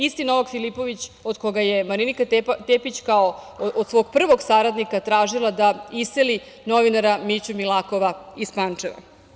Isti Novak Filipović od koga je Marinika Tepić, kao od svog prvog saradnika, tražila da iseli novinara Miću Milakova iz Pančeva.